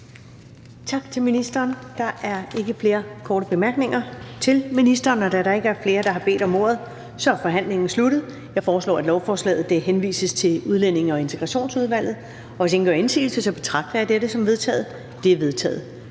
Tak til ministeren. Der er ikke flere korte bemærkninger til ministeren. Da der ikke er flere, der har bedt om ordet, er forhandlingen sluttet. Jeg foreslår, at lovforslaget henvises til Udlændinge- og Integrationsudvalget. Hvis ingen gør indsigelse, betragter jeg dette som vedtaget. Det er vedtaget.